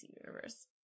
Universe